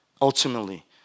ultimately